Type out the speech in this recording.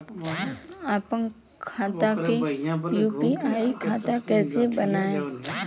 आपन खाता के यू.पी.आई खाता कईसे बनाएम?